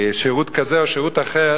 שירות כזה או שירות אחר,